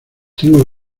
tengo